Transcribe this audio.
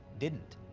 didn't.